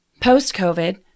Post-COVID